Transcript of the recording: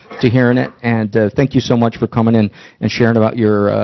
to hearing it. and, ah, think you so much for coming in and sharing about your, ah,